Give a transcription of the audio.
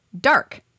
dark